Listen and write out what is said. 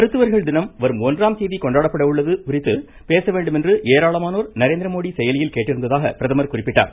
மருத்துவர்கள் தினம் வரும் ஒன்றாம் தேதி கொண்டாடப்பட உள்ளது குறித்து பேச வேண்டும் என்று ஏராளமானோர் நரேந்திரமோடி செயலியில் கேட்டிருந்ததாக பிரதமர் குறிப்பிட்டார்